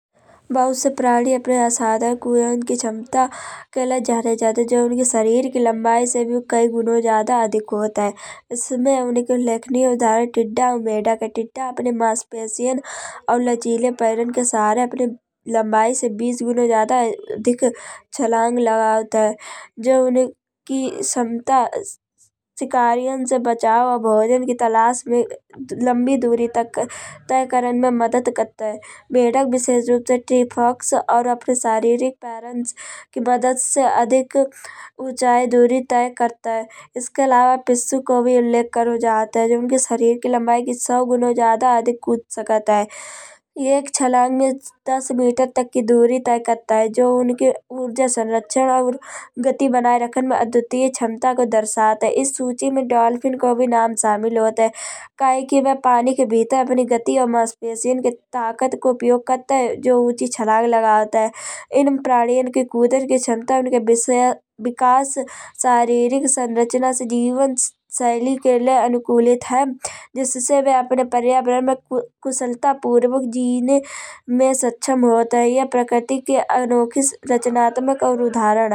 बहुत से प्राणी अपने असाधारण होयेन की क्षमता के लय जाने जात हैं। जो उनकी सरीर की लम्बाई से भी कई गुणों ज्यादा अधिक होत है। इसमें उनके उल्लेखनीय उदाहरण टिटढा मेंढ़क है। टिटढा अपनी मांसपेशियौर लचीलेपन के सहारे अपनी लम्बाई से बीस गुणों ज्यादा से अधिक छलांग लगावत है। जो उनकी क्षमता शिकारीयां से बचाव मा भोजन के तलाश में लम्बी दूरी तक तय करण में मदद करत है। मेंढक विशेषरूप से तयफ़ॉक्स और अपने सरीरिक कारण की मदद से अधिक ऊँचाई दूरी तय करत है। इसके अलावा पिस्सू को भी उल्लेख क्रो जात है। जो उनकी सरीर के लम्बाई की सौ गुणों ज्यादा अधिक कूद सकत है। यह एक छलांग में दस मीटर तक की दूरी तय करत है। जो उनके ऊर्जा संरक्षण और गति बनाये रखन में अद्वितीय क्षमता को दर्शात है। इस सूची में डॉल्फिन को भी नाम शामिल होत है। कायकी बि पानी के भीतर अपनी गति और मांसपेशियों की ताकत को उपयोग करत है। जो ऊँची छलांग लगावत है। इन प्राणियों की कूदन की क्षमता उनके विकास शारीरिक संरचना से जीवन शैली के लय अनुकूलित है। जिससे बि अपने परिवरण में कुशलता पूर्वक जीने में सक्षम होत है। यह प्रकृति के अनोखी रचनात्मक और उदाहरण है।